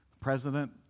President